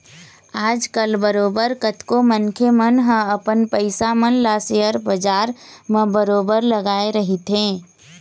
आजकल बरोबर कतको मनखे मन ह अपन पइसा मन ल सेयर बजार म बरोबर लगाए रहिथे